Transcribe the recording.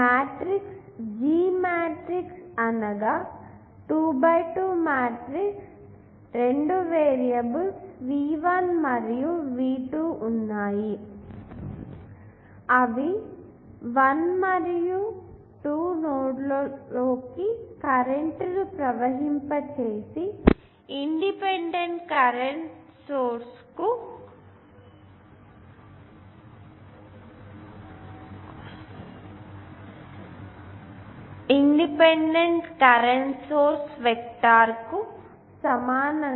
G matrix అనగా 2 x 2 matrix రెండు variables V1 మరియు V2 ఉన్నాయి మరియు అవి 1 మరియు 2 నోడ్లలోకి కరెంట్ను ప్రవహింపచేసే ఇండిపెండెంట్ కరెంటు సోర్స్ వెక్టర్కు సమానం